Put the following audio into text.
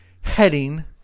heading